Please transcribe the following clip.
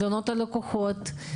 תלונות לקוחות,